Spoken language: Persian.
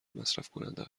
مصرفکننده